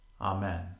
Amen